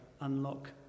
unlock